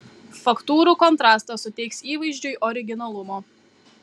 faktūrų kontrastas suteiks įvaizdžiui originalumo